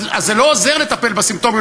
זה לא עוזר לטפל בסימפטומים,